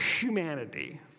humanity